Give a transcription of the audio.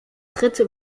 dritte